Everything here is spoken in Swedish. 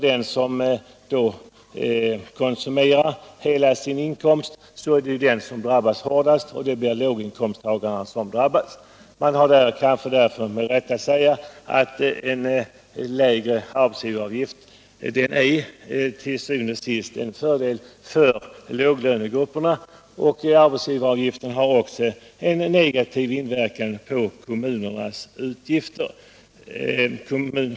Den som konsumerar hela sin inkomst drabbas hårdast. Det blir alltså låginkomsttagarna som drabbas hårdast. Man kan därför med rätta säga att en lägre arbetsgivaravgift til syvende og sidst är till fördel för låglönegrupperna. Arbetsgivaravgiften har också en negativ inverkan på kommunernas utgifter.